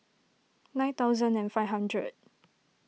nine thousand and five hundred